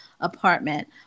apartment